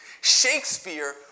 Shakespeare